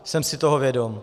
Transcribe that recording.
Jsem si toho vědom.